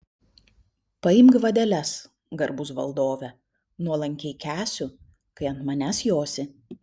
paimk vadeles garbus valdove nuolankiai kęsiu kai ant manęs josi